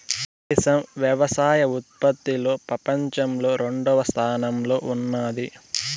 దేశం వ్యవసాయ ఉత్పత్తిలో పపంచంలో రెండవ స్థానంలో ఉన్నాది